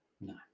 No